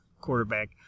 quarterback